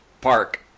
Park